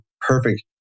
perfect